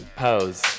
pose